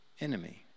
enemy